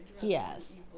yes